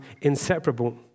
inseparable